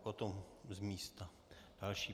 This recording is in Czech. Potom z místa další.